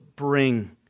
bring